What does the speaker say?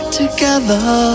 together